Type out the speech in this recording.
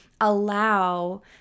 allow